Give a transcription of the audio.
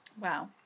wow